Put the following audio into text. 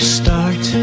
start